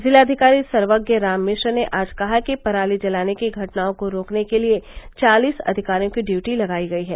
जिलाधिकारी सर्वज्ञ राम मिश्र ने आज कहा कि पराली जलाने की घटनाओं को रोकने के लिए चालीस अधिकारियों की ड्यूटी लगाई गई है